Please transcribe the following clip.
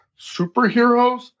superheroes